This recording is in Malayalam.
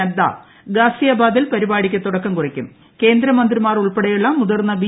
നദ്ദ ഗാസിയാബാദിൽ പരിപാടിക്ക് തുടക്കം കേന്ദ്രമന്ത്രിമാർ ഉൾപ്പെടെയുള്ള മുതിർന്ന കുറിക്കും